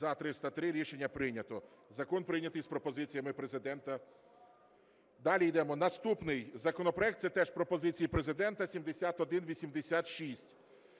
За-303 Рішення прийнято. Закон прийнятий з пропозиціями Президента. Далі йдемо. Наступний законопроект, це теж пропозиції Президента, 7186.